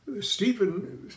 Stephen